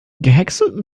gehäckselten